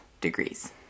degrees